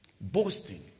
boasting